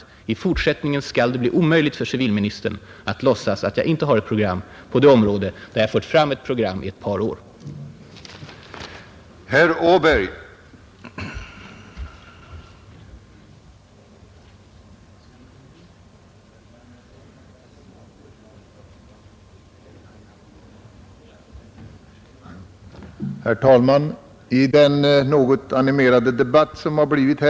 1 fortsättningen skall det väl då bli omöjligt för civilministern att låtsas att jag inte har ett program på det område där jag fört fram ett program under ett par års tid.